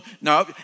No